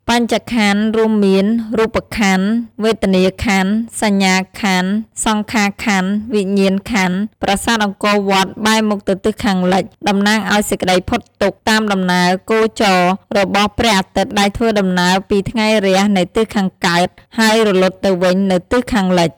បញ្ចក្ខន្ធរួមមាន៖ រូបក្ខន្ធ , វេទនាក្ខន្ធ , សញ្ញាក្ខន្ធ , សង្ខារក្ខន្ធ , វិញ្ញាណក្ខន្ធ ប្រាសាទ អង្គរវត្ត បែរមុខទៅទិសខាងលិច តំណាងឱ្យសេចក្ដីផុតទុក្ខ តាមដំណើរគោចរណ៍ របស់ព្រះអាទិត្យដែលធ្វើដំណើរពីថ្ងៃរះនៃទិសខាងកើត ហើយរលត់ទៅវិញនៅទិសខាងលិច ។